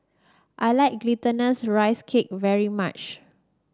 I like Glutinous Rice Cake very much